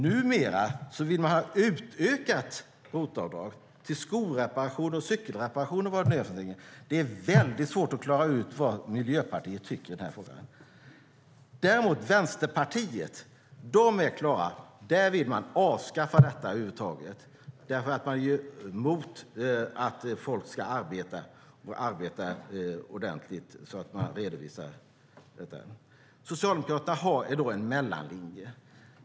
Numera vill man ha utökat ROT-avdrag till skolreparationer, cykelreparationer och vad det nu är. Det är väldigt svårt att klara ut vad Miljöpartiet tycker i den här frågan. Däremot är Vänsterpartiets inställning klar. Där vill man avskaffa detta över huvud taget därför att man är mot att folk ska arbeta och redovisa ordentligt. Socialdemokraterna har en mellanlinje.